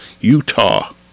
Utah